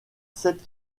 sept